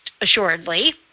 assuredly